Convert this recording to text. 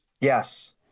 Yes